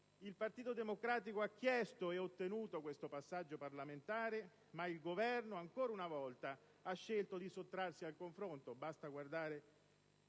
Il Partito Democratico ha chiesto e ottenuto questo passaggio parlamentare, ma il Governo, ancora una volta, ha scelto di sottrarsi al confronto: basta guardare